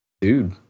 dude